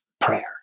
prayer